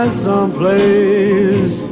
someplace